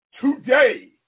today